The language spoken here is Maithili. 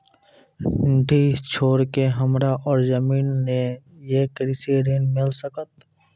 डीह छोर के हमरा और जमीन ने ये कृषि ऋण मिल सकत?